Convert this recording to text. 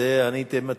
אני הייתי מציע,